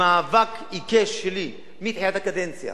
במאבק עיקש שלי מתחילת הקדנציה